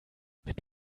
mit